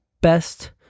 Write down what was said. best